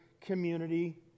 community